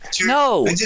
No